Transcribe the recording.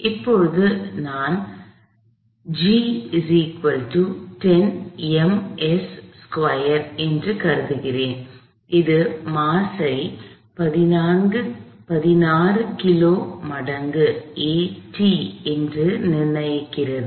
இப்போது நான் g 10 ms2 என்று கருதுகிறேன் இது மாஸ் ஐ 16 கிலோ மடங்கு a என்று நிர்ணயிக்கிறது